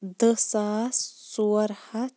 دہ ساس ژور ہَتھ